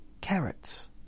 Carrots